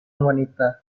wanita